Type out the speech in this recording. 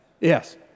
Yes